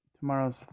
tomorrow's